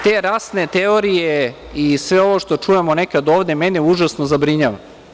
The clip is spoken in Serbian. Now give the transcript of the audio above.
Te rasne teorije i sve ovo što čujemo nekad ovde mene užasno zabrinjava.